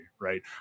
right